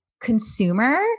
consumer